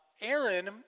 Aaron